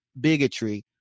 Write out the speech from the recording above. bigotry